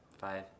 Five